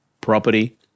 property